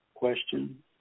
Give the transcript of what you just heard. question